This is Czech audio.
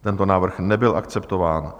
Tento návrh nebyl akceptován.